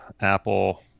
Apple